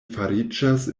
fariĝas